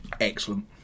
Excellent